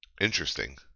interesting